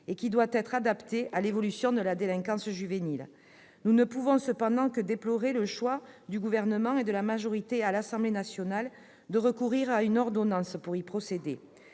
et devant être adaptée à l'évolution de la délinquance juvénile. Cependant, nous ne pouvons que déplorer le choix du Gouvernement et de la majorité à l'Assemblée nationale de recourir à une ordonnance pour y procéder.